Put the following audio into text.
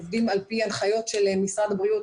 עובדים על פי הנחיות של משרד הבריאות,